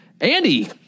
Andy